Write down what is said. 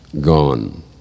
gone